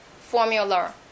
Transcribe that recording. formula